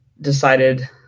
decided